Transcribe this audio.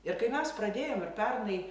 ir kai mes pradėjom ir pernai